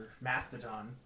Mastodon